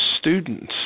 students